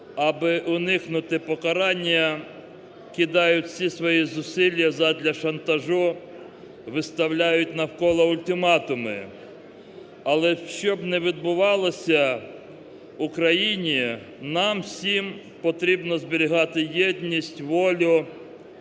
аби уникнути покарання кидають всі свої зусилля задля шантажу, виставляють навколо ультиматуми. Але, щоб не відбувалося в країні, нам всім потрібно зберігати єдність, волю,